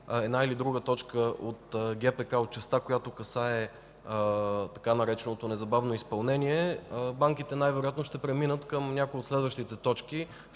една или друга точка от ГПК в частта, касаеща така нареченото „незабавно изпълнение”, банките най-вероятно ще преминат към някоя от следващите точки,